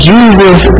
Jesus